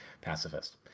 pacifist